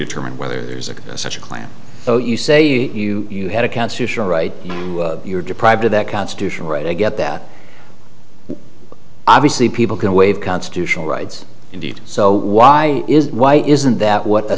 determine whether there's a such a clam though you say you had a constitutional right you're deprived of that constitutional right i get that obviously people can waive constitutional rights indeed so why is why isn't that what